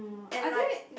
and like